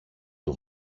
του